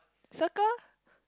circle